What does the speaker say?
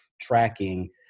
tracking